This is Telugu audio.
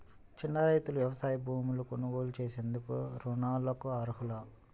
చిన్న రైతులు వ్యవసాయ భూములు కొనుగోలు చేసేందుకు రుణాలకు అర్హులా?